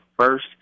first